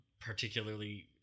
particularly